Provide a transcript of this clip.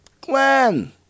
Glenn